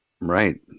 right